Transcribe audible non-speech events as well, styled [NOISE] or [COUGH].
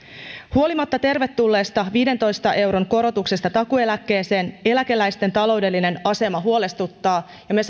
huolimatta tervetulleesta viidentoista euron korotuksesta takuueläkkeeseen eläkeläisten taloudellinen asema huolestuttaa ja me [UNINTELLIGIBLE]